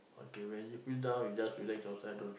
okay when you feel down you just relax yourself don't